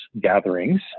gatherings